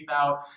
out